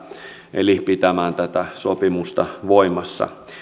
eli pitämään tätä sopimusta voimassa